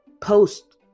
post